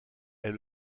est